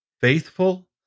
faithful